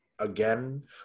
again